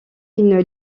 une